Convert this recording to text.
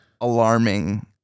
alarming